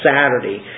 Saturday